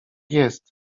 jest